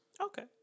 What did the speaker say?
Okay